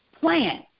plan